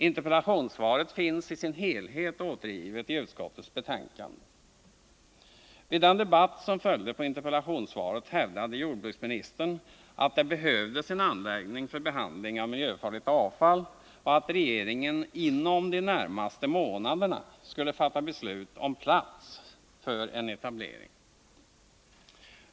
Interpellationssvaret finns i sin helhet återgivet i utskottsbetänkandet. Vid den debatt som följde på interpellationssvaret hävdade jordbruksministern att det behövdes en anläggning för behandling av miljöfarligt avfall och att regeringen inom de närmaste månaderna skulle fatta beslut om plats för en etablering.